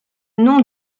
nom